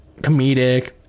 comedic